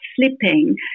slipping